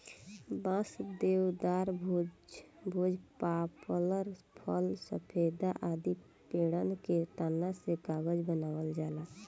बांस, देवदार, भोज, पपलर, फ़र, सफेदा आदि पेड़न के तना से कागज बनावल जाला